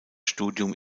studium